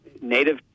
Native